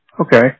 Okay